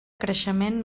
creixement